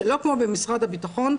שלא כמו במשרד הבטחון,